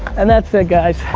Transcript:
and that's it guys,